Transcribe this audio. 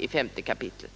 giftermålsbalken.